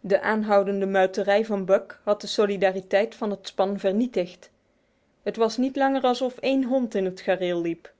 de aanhoudende muiterij van buck had de solidariteit van het span vernietigd het was niet langer alsof één hond in het gareel liep